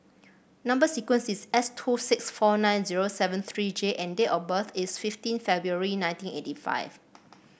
number sequence is S two six four nine zero seven three J and date of birth is fifteen February nineteen eighty five